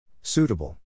Suitable